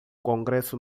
congresso